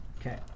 Okay